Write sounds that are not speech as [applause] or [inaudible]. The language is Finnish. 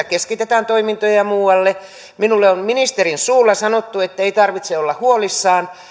[unintelligible] keskitetään toimintoja muualle minulle on ministerin suulla sanottu ettei tarvitse olla huolissaan